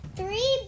three